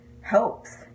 helps